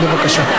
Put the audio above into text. בבקשה,